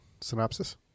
Synopsis